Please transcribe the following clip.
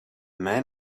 man